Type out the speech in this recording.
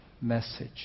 message